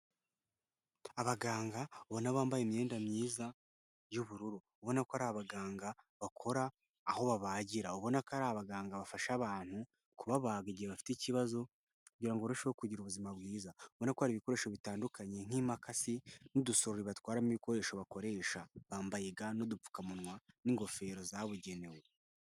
Abaganga ubona bambaye imyenda myiza y'ubururu. Ubona ko ari abaganga bakora aho babagira. Ubona ko ari abaganga bafasha abantu kubabaga igihe bafite ikibazo kugira ngo barusheho kugira ubuzima bwiza. Ubona ko hari ibikoresho bitandukanye nk'imakasi n'udusorori batwaramo ibikoresho bakoresha. Bambaye ga n'udupfukamunwa n'ingofero zabugenewe.